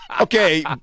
Okay